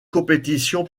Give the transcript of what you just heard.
compétition